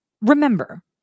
Remember